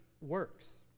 works